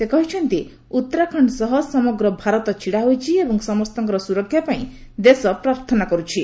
ସେ କହିଛନ୍ତି ଉତ୍ତରାଖଣ୍ଡ ସହ ସମଗ୍ର ଭାରତ ଛିଡ଼ା ହୋଇଛି ଏବଂ ସମସ୍ତଙ୍କର ସୁରକ୍ଷା ପାଇଁ ଦେଶ ପ୍ରାର୍ଥନା କର୍ତ୍ଥି